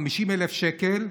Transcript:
50,000 שקל,